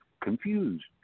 confused